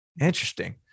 interesting